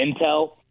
intel